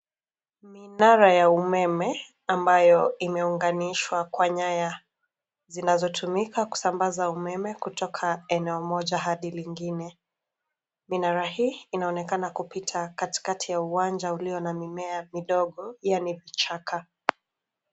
Minara ya umeme ambayo imeunganishwa kwa nyaya zinazotumika kusambaza umeme kutoka eneo moja hadi lingine. Minara hii inaonekana kupita katikati ya uwanja ulio na mimea midogo yaani vichaka.